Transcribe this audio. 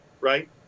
right